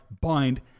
Bind